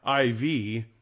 IV